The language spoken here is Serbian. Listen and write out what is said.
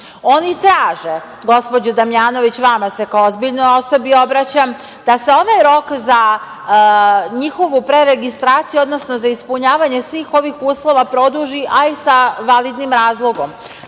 traže, gospođo Damjanović, vama se kao ozbiljnoj osobi obraćam, da se onaj rok za njihovu preregistraciju, odnosno za ispunjavanje svih ovih uslova produži, a i sa validnim razlogom.